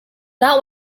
not